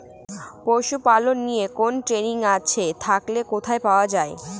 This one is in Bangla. পশুপালন নিয়ে কোন ট্রেনিং আছে থাকলে কোথায় পাওয়া য়ায়?